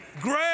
great